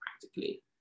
practically